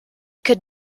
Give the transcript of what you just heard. could